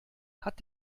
hat